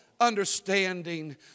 understanding